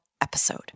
episode